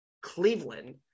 Cleveland